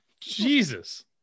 Jesus